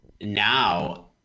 now